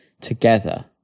together